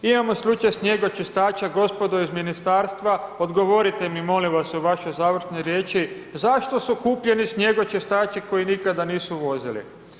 Imamo slučaj snjegočistača, gospodo iz ministarstva, odgovorite mi, molim vas u vašoj završnoj riječi, zašto su kupljeni snjegočistači koji nikada nisu vozili.